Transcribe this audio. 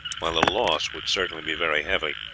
while the loss would certainly be very heavy,